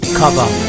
cover